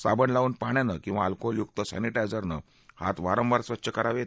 साबण लावून पाण्यानं किंवा अल्कोहोलयुक्त सत्ति इझरनं हात वारंवार स्वच्छ करावेत